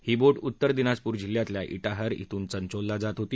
ही बोध उत्तर दिनाजपूर जिल्ह्यातल्या इतिहर इथून चंचोलला येत होती